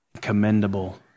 commendable